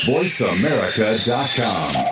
VoiceAmerica.com